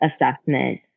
assessment